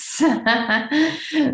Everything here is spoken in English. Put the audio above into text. Yes